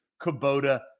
Kubota